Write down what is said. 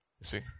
See